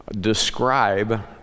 describe